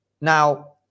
Now